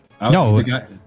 No